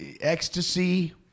ecstasy